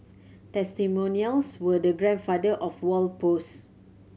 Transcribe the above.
testimonials were the grandfather of wall posts